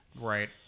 Right